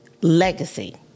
legacy